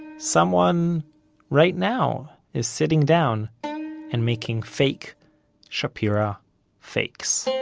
someone right now is sitting down and making fake shapira fakes